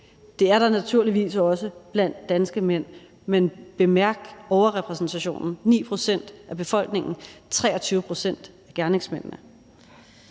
Det er der naturligvis også blandt danske mænd, men bemærk overrepræsentationen: 9 pct. af befolkningen, 23 pct. af gerningsmændene.